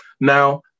Now